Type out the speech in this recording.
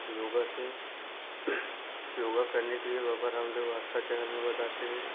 योगा से योगा करने के लिए बाबा रामदेव आस्था चैनल में बताते हैं